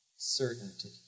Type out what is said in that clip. certainty